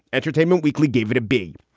entertainment weekly gave it a b.